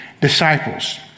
disciples